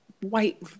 white